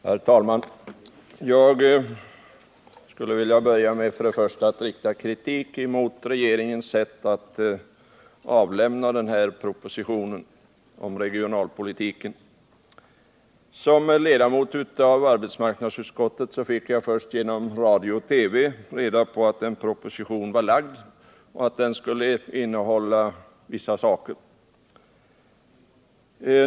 Herr talman! Jag skulle vilja börja med att rikta kritik mot regeringens sätt att avlämna propositionen om regionalpolitiken. Som ledamot av arbetsmarknadsutskottet fick jag först genom radio och TV reda på att en proposition hade lagts fram.